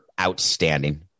outstanding